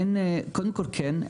קודם כל כן,